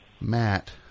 Matt